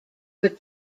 were